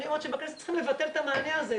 אני אומרת שבכנסת צריכים לבטל את המענה הזה,